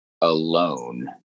alone